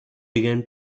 began